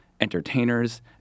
entertainers